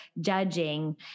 judging